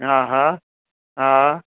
हा हा हा